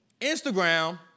Instagram